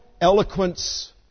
eloquence